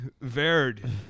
Verd